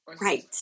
right